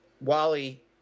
Wally